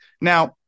Now